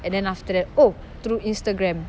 and then after that oh through Instagram